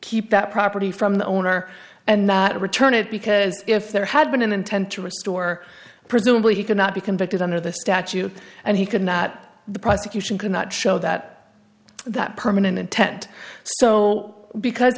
keep that property from the owner and return it because if there had been an intent to restore presumably he cannot be convicted under the statute and he could not the prosecution cannot show that that permanent intent so because